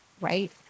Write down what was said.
right